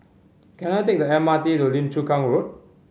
can I take the M R T to Lim Chu Kang Road